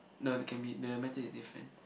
no the can be the method is different